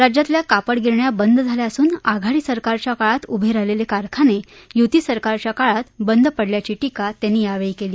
राज्यातल्या कापड गिरण्या बंद झाल्या असून आघाडी सरकारच्या काळात उभे राहिलेले कारखाने युती सरकारच्या काळात बंद पडल्याची टीका यांनी यावेळी केली